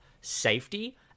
safety